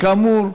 כאמור,